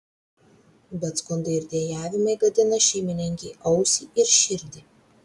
bet skundai ir dejavimai gadina šeimininkei ausį ir širdį